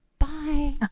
Bye